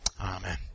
Amen